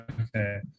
Okay